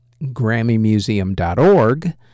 grammymuseum.org